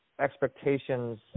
expectations